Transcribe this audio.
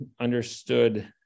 understood